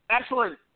Excellent